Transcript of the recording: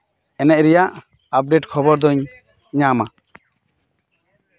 ᱮᱱᱮᱡ ᱨᱮᱭᱟᱜ ᱟᱯᱰᱮᱴ ᱠᱷᱚᱵᱚᱨ ᱫᱚᱧ ᱧᱟᱢᱼᱟ